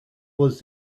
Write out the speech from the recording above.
was